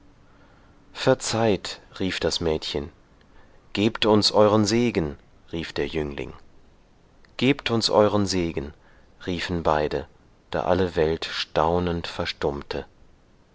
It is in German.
verzeiht rief das mädchen gebt uns euren segen rief der jüngling gebt uns euren segen riefen beide da alle welt staunend verstummte